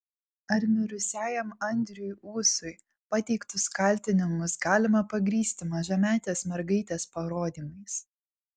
ar mirusiajam andriui ūsui pateiktus kaltinimus galima pagrįsti mažametės mergaitės parodymais